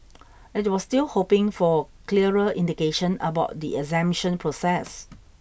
it was still hoping for a clearer indication about the exemption process